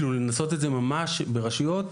בו ינסו את זה ממש ברשויות.